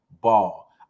ball